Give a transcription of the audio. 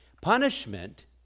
Punishment